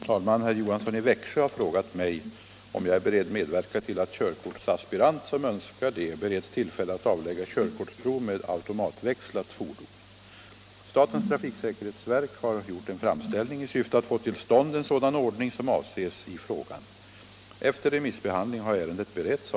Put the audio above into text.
Gällande körkortskungörelse ger mycket begränsade möjligheter till avläggande av körkortsprov på automatväxlad bil. Starka skäl talar för en utvidgning av rätten härtill. Särskilt äldre personer torde ha lättare att avlägga körkortsprov med sådant fordon.